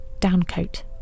downcoat